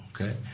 Okay